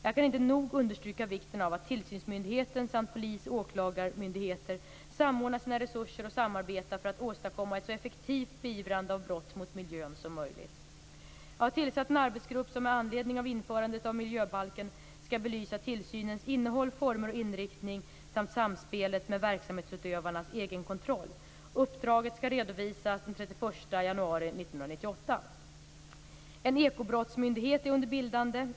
Jag kan inte nog understryka vikten av att tillsynsmyndigheten samt polis och åklagarmyndigheter samordnar sina resurser och samarbetar för att åstadkomma ett så effektivt beivrande av brott mot miljön som möjligt. Jag har tillsatt en arbetsgrupp som med anledning av införandet av miljöbalken skall belysa tillsynens innehåll, former och inriktning samt samspelet med verksamhetsutövarnas egenkontroll. Uppdraget skall redovisas den 31 januari 1998. En ekobrottsmyndighet är under bildande.